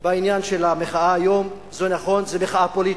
בעניין של המחאה היום, זה נכון, זו מחאה פוליטית,